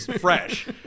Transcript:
fresh